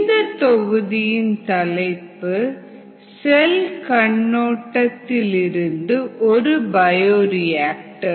இந்த தொகுதியின் தலைப்பு "செல் கண்ணோட்டத்திலிருந்து ஒரு பயோரியாக்டர் "